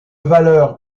valeur